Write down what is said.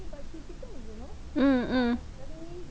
mm mm